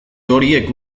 horiek